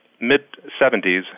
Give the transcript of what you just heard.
Mid-70s